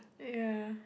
ya